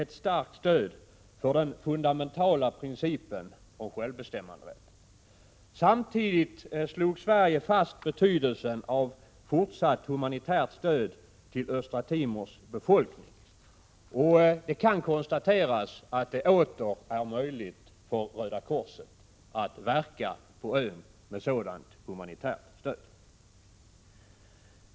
1987/88:42 fundamentala principen om självbestämmanderätt. Samtidigt slog Sverige 10 december 1987 fast betydelsen av fortsatt humanitärt stöd till Östra Timors befolkning. Det ZI kan konstateras att det åter är möjligt för Röda korset att verka på ön med sådant humanitärt stöd.